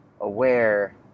aware